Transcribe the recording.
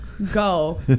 go